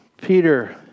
Peter